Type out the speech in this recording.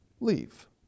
Leave